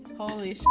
holy